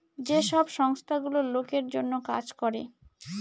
যে সব সংস্থা গুলো লোকের জন্য কাজ করে